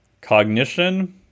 cognition